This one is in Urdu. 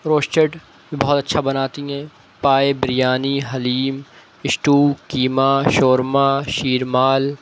روسٹڈ بہت اچھا بناتی ہیں پائے بریانی حلیم اسٹو قیمہ شورما شیرمال